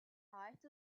height